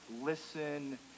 listen